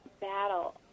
battle